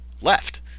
left